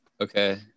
okay